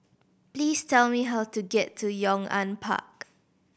please tell me how to get to Yong An Park